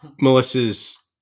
Melissa's